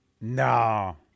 No